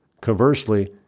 Conversely